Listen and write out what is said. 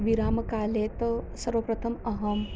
विरामकाले तु सर्वप्रथमम् अहम्